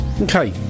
Okay